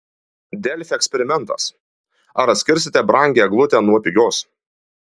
delfi eksperimentas ar atskirsite brangią eglutę nuo pigios